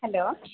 hello